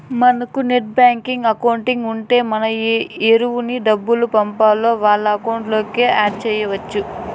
మనకు net banking account ఉంటే మనం ఎవురికి డబ్బులు పంపాల్నో వాళ్ళ అకౌంట్లని యాడ్ చెయ్యచ్చు